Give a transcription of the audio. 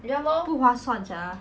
不划算 sia